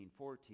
14